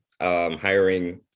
hiring